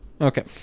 Okay